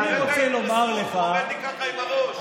אני רוצה לומר לך, עומד לי ככה עם הראש.